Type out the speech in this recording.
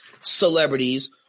celebrities